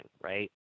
right